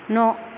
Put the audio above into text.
न'